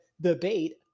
debate